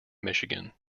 michigan